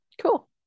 cool